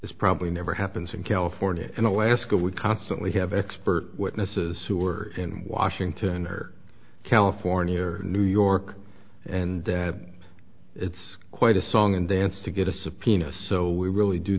this probably never happens in california in alaska we constantly have expert witnesses who are in washington or california or new york and it's quite a song and dance to get a subpoena so we really do